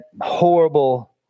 horrible